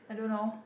I don't know